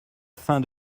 fin